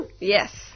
Yes